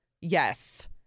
yes